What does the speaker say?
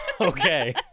Okay